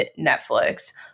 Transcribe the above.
Netflix